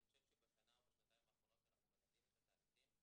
חושב שבשנה או בשנתיים האחרונות שאנחנו מלווים את התהליכים,